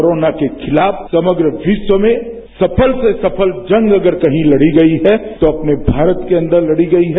corona के खिलाफ समग्र विश्व में सफल से सफल जंग अगर कहीं लड़ी गई है तो अपने भारत के अंदर लड़ी गई है